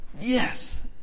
yes